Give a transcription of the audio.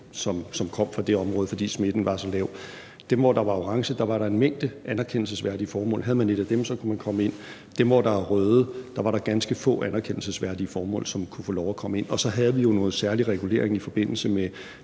som kom derfra, komme ind, fordi smitten var så lav. Med hensyn til de områder, som var orange, var der en mængde anerkendelsesværdige formål, og havde man et af dem, kunne man komme ind. Og med hensyn til de områder, som var røde, var der ganske få anerkendelsesværdige formål, som gjorde, at man kunne få lov at komme ind. Så havde vi jo også en særlig regulering i forbindelse med